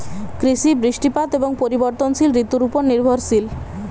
কৃষি বৃষ্টিপাত এবং পরিবর্তনশীল ঋতুর উপর নির্ভরশীল